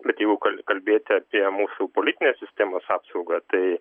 bet jeigu kal kalbėti apie mūsų politinės sistemos apsaugą tai